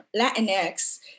Latinx